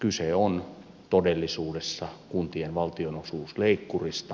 kyse on todellisuudessa kuntien valtionosuusleikkurista